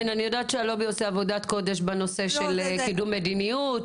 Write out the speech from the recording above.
אני יודעת שהלובי עושה עבודת קודש בנושא של קידום מדיניות.